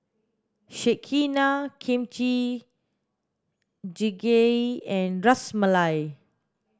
Sekihan Kimchi jjigae and Ras Malai